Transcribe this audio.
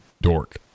dork